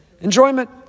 enjoyment